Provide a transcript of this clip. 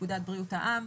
פקודת בריאות העם.